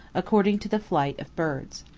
according to the flight of birds.